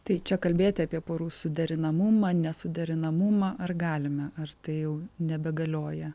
tai čia kalbėti apie porų suderinamumą nesuderinamumą ar galime ar tai jau nebegalioja